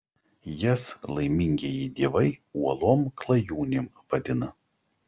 jas laimingieji dievai uolom klajūnėm vadina